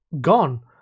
gone